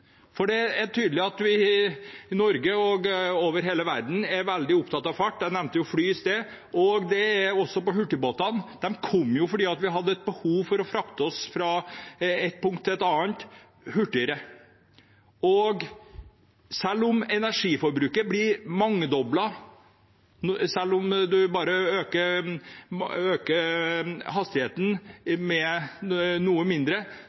farten. Det er tydelig at man i Norge og i hele verden er veldig opptatt av fart – jeg nevnte jo fly i stad. Hurtigbåtene kom jo fordi vi hadde behov for å bli fraktet hurtigere fra ett punkt til et annet. Selv om energiforbruket blir mangedoblet, selv om man bare øker hastigheten noe mindre,